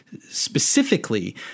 specifically